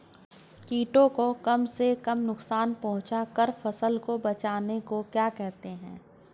कीटों को कम से कम नुकसान पहुंचा कर फसल को बचाने को क्या कहते हैं?